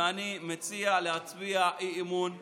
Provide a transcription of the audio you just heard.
ואני מציע להצביע אי-אמון בממשלה.